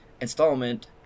installment